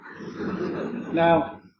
Now